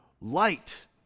light